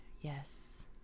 yes